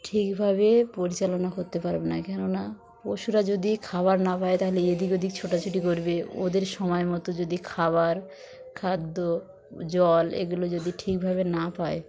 ঠিকভাবে পরিচালনা করতে পারবে না কেন না পশুরা যদি খাবার না পায় তাহলে এদিক ওদিক ছোটাছুটি করবে ওদের সময় মতো যদি খাবার খাদ্য জল এগুলো যদি ঠিকভাবে না পায়